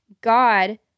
God